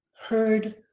heard